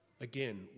Again